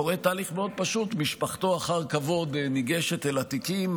קורה תהליך מאוד פשוט: משפחתו ניגשת אחר כבוד אל התיקים,